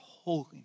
holiness